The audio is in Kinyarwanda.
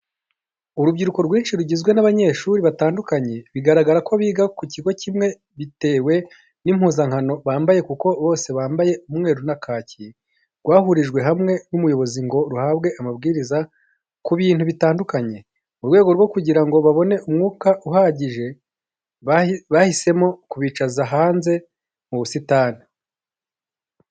Urubyiruko rwinshi rugizwe n'abanyeshuri batandukanye bigaragara ko biga ku kigo kimwe bitewe n'impuzankano bambaye kuko bose bambaye umweru na kaki, rwahurijwe hamwe n'umuyobozi ngo ruhabwe amabwiriza ku bintu bitandukanye. Mu rwego rwo kugira ngo babone umwuka uhagije, bahisemo kubicaza hanze mu busitani.